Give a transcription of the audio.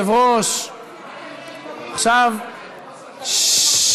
יושב-ראש הקואליציה, תנוח דעתך,